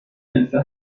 ville